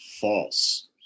false